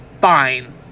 fine